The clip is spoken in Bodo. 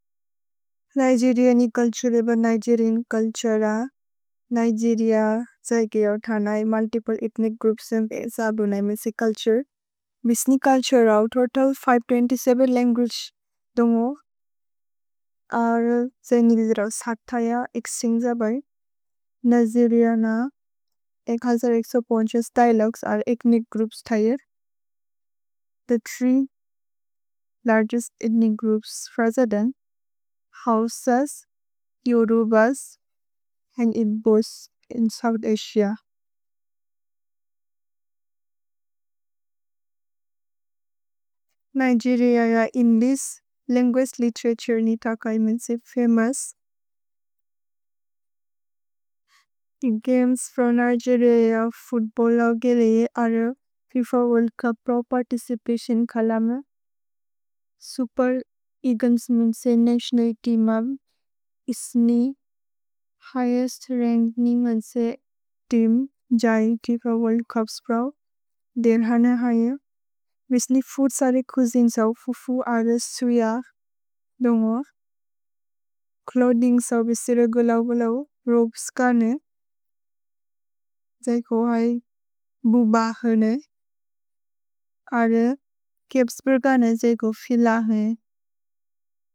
निगेरिअन् चुल्तुरे ब निगेरिअन् चुल्तुरे र, निगेरिअ जय्के यव् थनय् मुल्तिप्ले एथ्निच् ग्रोउप्स् सेम् बेज अबुनय् मेसि चुल्तुरे। भिस्नि चुल्तुरे रव् तोतल् पाँच सौ बीस सात लन्गुअगे दुन्गो, अर् जय्निगिद् रव् सथ् थय एक्सिन्ग् जबय्। निगेरिअ न हज़ार सौ साठ पाँच दिअलोगुएस् अर् एथ्निच् ग्रोउप्स् थयेर्। The three largest ethnic groups president houses Yorubas and Igbos in south Asia. Nigeria in this linguist literature नितक एमेन्सि famous. In games from Nigeria, football or गेलेये are FIFA world cup pro participation कलमे। सुपेर् एअग्लेस् मेन्से नतिओनल् तेअमब् इस्नि हिघेस्त् रन्किन्ग् मेन्से तेअम् जय्निग् फिफ वोर्ल्द् छुप् स्प्रओ। देर्हने हयेन्, बिस्नि फूद्सरे चुइसिने सव् फुफु अरे सुय दुन्गो। छ्लोथिन्ग् सव् बिसिर गुलव् गुलव् रोबेस् कने। जय्को अय् बुब हने, अर् केप्स् बुर्गने जय्को फिल हने।